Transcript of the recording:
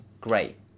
Great